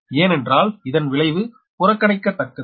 ஏனென்றால் இதன் விளைவு புறக்கணிக்கத்தக்கது